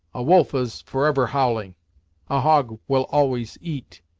a wolf is forever howling a hog will always eat.